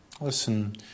Listen